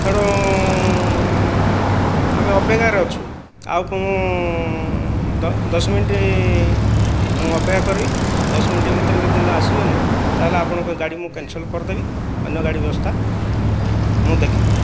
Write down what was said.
ତେଣୁ ଆମେ ଅପେକ୍ଷାରେ ଅଛୁ ଆଉ ଦଶ ମିନିଟ ମୁଁ ଅପେକ୍ଷା କରିବି ଦଶ ମିନିଟ ଭିତରେ ଯଦି ନ ଆସିବେ ନାହିଁ ତାହେଲେ ଆପଣଙ୍କ ଗାଡ଼ି ମୁଁ କ୍ୟାନସଲ କରିଦେବି ଅନ୍ୟ ଗାଡ଼ି ବ୍ୟବସ୍ଥା ମୁଁ ଦେଖିବି